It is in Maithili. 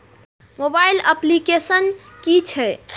मोबाइल अप्लीकेसन कि छै?